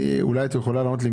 אולי את יכולה לענות לי.